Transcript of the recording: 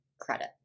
credit